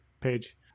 page